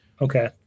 Okay